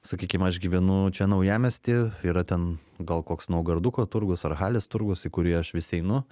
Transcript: sakykim aš gyvenu čia naujamiesty yra ten gal koks naugarduko turgus ar halės turgus į kurį aš vis einu